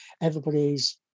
everybody's